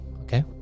Okay